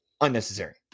unnecessary